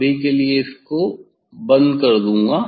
अभी के लिए इसको बंद कर दूंगा